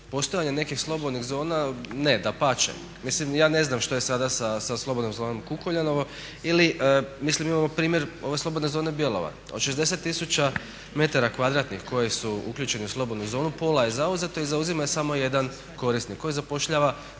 postojanje nekih slobodnih zona, ne dapače. Mislim ja ne znam što je sada sa slobodnom zonom Kukuljanovo ili mislim imamo primjer ove slobodne zone Bjelovar. Od 60 000 metara kvadratnih koje su uključene u slobodnu zonu pola je zauzeto i zauzima ih samo jedan korisnik koji zapošljava